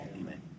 Amen